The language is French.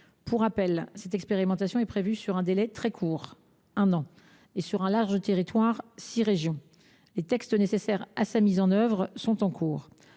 que cette expérimentation soit réalisée sur un délai très court – un an – et un large territoire – six régions. Les textes nécessaires à sa mise en œuvre sont en cours